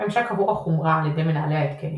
ממשק עבור החומרה על ידי מנהלי התקנים.